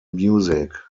music